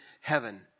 heaven